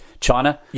China